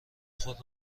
خود